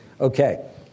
Okay